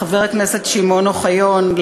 חבר הכנסת שמעון אוחיון,